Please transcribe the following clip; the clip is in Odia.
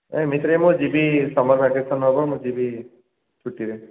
ଏମିତିରେ ମୁଁ ଯିବି ସମର୍ ଭ୍ୟାକେସନ୍ ହେବ ମୁଁ ଯିବି ଛୁଟିରେ